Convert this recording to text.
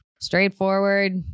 Straightforward